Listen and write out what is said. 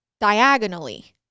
diagonally